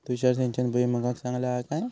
तुषार सिंचन भुईमुगाक चांगला हा काय?